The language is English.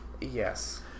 Yes